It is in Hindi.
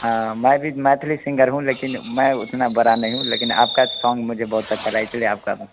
हाँ मैं भी मैथिली सिंगर हूँ लेकिन मैं उतना बड़ा नहीं हूँ लेकिन आपका सोंग मुझे बहुत अच्छा लगा इस लिए आपका